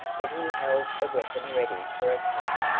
but he held the weapon ready for a cut,